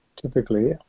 Typically